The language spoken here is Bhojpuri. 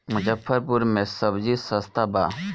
मुजफ्फरपुर में सबजी सस्ता बा